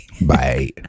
Bye